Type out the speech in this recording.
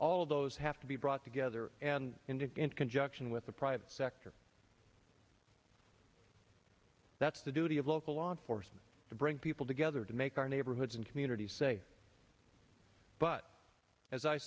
of those have to be brought together and indeed in conjunction with the private sector that's the duty of local law enforcement to bring people together to make our neighborhoods and communities safe but as i